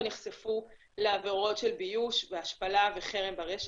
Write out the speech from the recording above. אלה גילאים מאוד נמוכים,